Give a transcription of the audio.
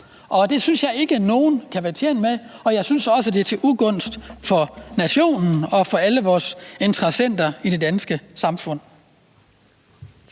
Det synes jeg ikke at nogen kan være tjent med, og jeg synes også, det er til ugunst for nationen og for alle vores interessenter i det danske samfund.